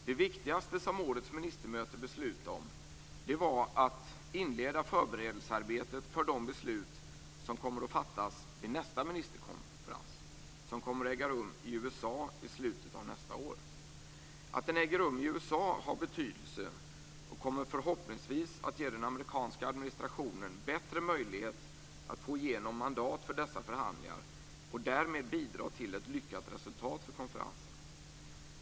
Det viktigaste som årets ministermöte beslutade om var att inleda förberedelsearbetet för de beslut som kommer att fattas vid nästa ministerkonferens som kommer att äga rum i USA i slutet av nästa år. Det har betydelse att den äger rum i USA. Det kommer förhoppningsvis att ge den amerikanska administrationen bättre möjlighet att få igenom mandat för dessa förhandlingar och därmed bidra till ett lyckat resultat för konferensen.